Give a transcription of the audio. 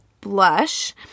blush